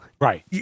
Right